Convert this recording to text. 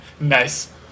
Nice